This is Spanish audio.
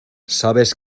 sabes